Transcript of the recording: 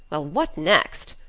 well, what next?